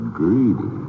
greedy